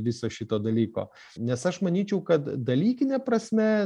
viso šito dalyko nes aš manyčiau kad dalykine prasme